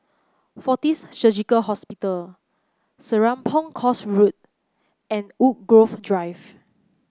Fortis Surgical Hospital Serapong Course Road and Woodgrove Drive